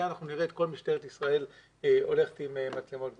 מתי נראה את כל משטרת ישראל הולכת עם מצלמות גוף.